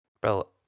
Bro